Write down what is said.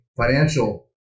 financial